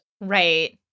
Right